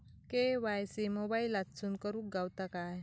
KYC मोबाईलातसून करुक गावता काय?